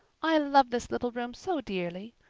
i love this little room so dearly.